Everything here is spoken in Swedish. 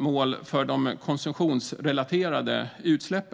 mål föreslås för de konsumtionsrelaterade utsläppen.